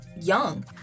young